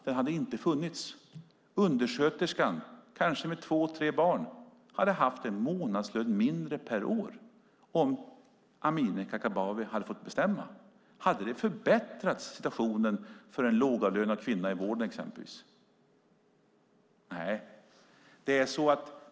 Den hade inte funnits. Undersköterskan, kanske med två tre barn, hade haft en månadslön mindre per år om Amineh Kakabaveh hade fått bestämma. Hade det förbättrat situationen för en lågavlönad kvinna i vården exempelvis? Nej.